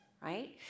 right